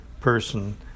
person